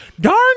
Darn